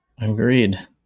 Agreed